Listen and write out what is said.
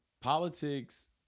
politics